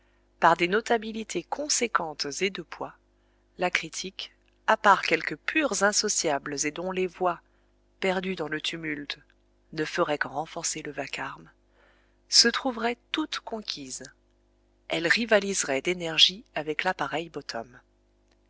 par des notabilités conséquentes et de poids la critique à part quelques purs insociables et dont les voix perdues dans le tumulte ne feraient qu'en renforcer le vacarme se trouverait toute conquise elle rivaliserait d'énergie avec